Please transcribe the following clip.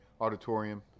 auditorium